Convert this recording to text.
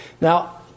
Now